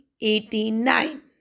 eighty-nine